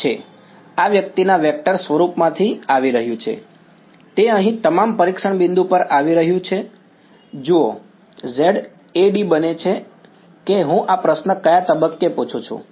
છે જે આ વ્યક્તિના વેક્ટર સ્વરૂપમાંથી આવી રહ્યું છે તે અહીં તમામ પરીક્ષણ બિંદુ પર આવી રહ્યું છે જુઓ ZAd પછી બને છે કે હું આ પ્રશ્ન કયા તબક્કે પૂછું છું